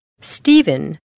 Stephen